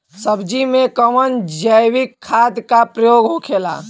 सब्जी में कवन जैविक खाद का प्रयोग होखेला?